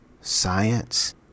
science